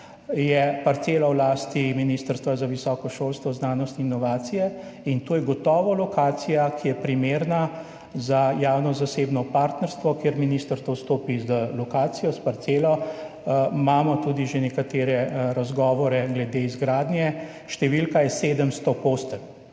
je parcela v lasti Ministrstva za visoko šolstvo, znanost in inovacije in to je gotovo lokacija, ki je primerna za javno-zasebno partnerstvo, kjer ministrstvo vstopi z lokacijo, s parcelo. Imamo tudi že nekatere razgovore glede izgradnje. Številka je 700 postelj.